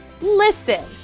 listen